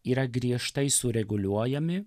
yra griežtai sureguliuojami